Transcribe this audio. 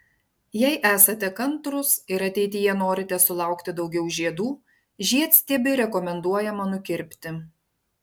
jei esate kantrūs ir ateityje norite sulaukti daugiau žiedų žiedstiebį rekomenduojama nukirpti